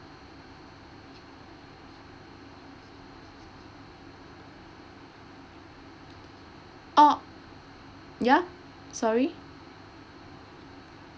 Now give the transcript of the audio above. oh ya sorry